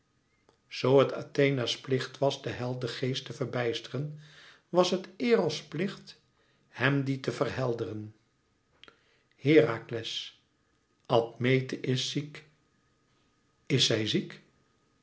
zoo het athena's plicht was den held den geest te verbijsteren was het eros plicht hem dien te verhelderen herakles admete is ziek is zij ziek